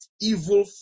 evil